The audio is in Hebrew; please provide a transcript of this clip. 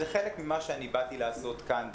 זה חלק ממה שאני באתי לעשות כאן בכנסת,